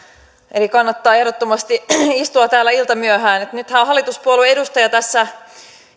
eli kannattaa ehdottomasti istua täällä iltamyöhään nythän hallituspuolueen edustaja tässä